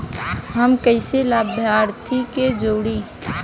हम कइसे लाभार्थी के जोड़ी?